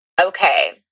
Okay